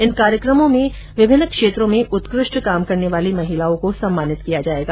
इन कार्यक्रमों में विभिन्न क्षेत्रों में उत्कृष्ट काम करने वाली महिलाओं को सम्मानित किया जाएगा